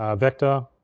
um vector,